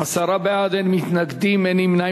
עיון בצווי חיפוש),